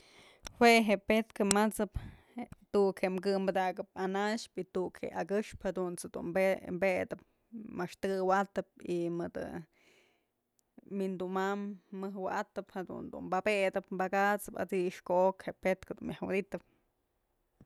Jue je'e petkë mat'sëp je tuk je'e kë padakëp anaxpë y tu'uk je'e akëxpë jadunt's jedun bëdëp maxtëkë wa'atëp y madë wi'indumam mëj wa'atëp jadun dun bapedëp pakat'sëp at'sixkë ku'ok je'e petkë jedun myaj wi'iditëp.